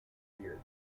feared